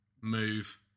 move